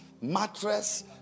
mattress